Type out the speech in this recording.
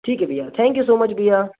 ठीक है भैया थैंक यू सो मच भैया